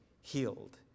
healed